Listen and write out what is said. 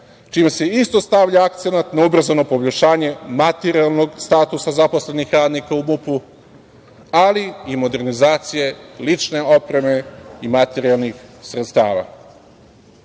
čime se isto stavlja akcenat na ubrzano poboljšanje materijalnog statusa zaposlenih radnika u MUP, ali i modernizacije lične opreme i materijalnih sredstava. Posebno